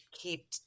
keep